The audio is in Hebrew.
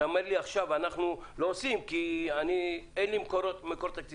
אתה אומר לי עכשיו: אנחנו לא עושים כי אין לי מקור תקציבי.